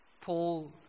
Paul